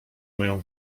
moją